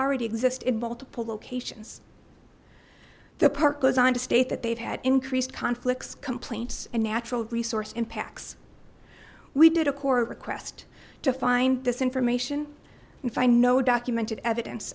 already exists in multiple locations the park goes on to state that they've had increased conflicts complaints and natural resource impacts we did a kora request to find this information and find no documented evidence